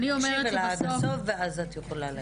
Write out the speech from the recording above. מרים, תקשיבי לה עד הסוף ואז את יכולה להגיב.